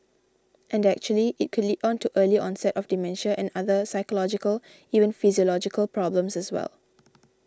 and actually it could lead on to early onset of dementia and other psychological even physiological problems as well